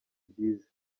byiza